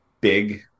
big